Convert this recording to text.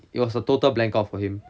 it also total blank of for him